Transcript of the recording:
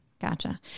Gotcha